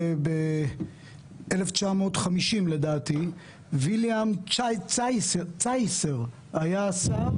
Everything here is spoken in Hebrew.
ב-1950 לדעתי וילהלם צייסר היה השר